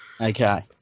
Okay